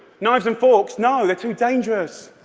knives and forks? no, they're too dangerous.